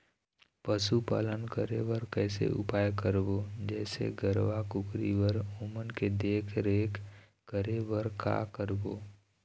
पशुपालन करें बर कैसे उपाय करबो, जैसे गरवा, कुकरी बर ओमन के देख देख रेख करें बर का करबो?